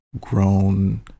grown